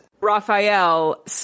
Raphael